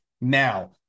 now